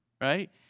right